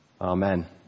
Amen